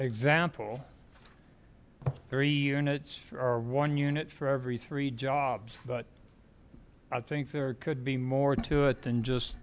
example three units or one unit for every three jobs but i think there could be more to it than just